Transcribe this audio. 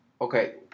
Okay